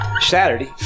Saturday